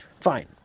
Fine